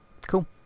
Cool